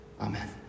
Amen